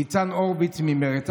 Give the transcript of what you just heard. ניצן הורוביץ ממרצ,